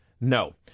No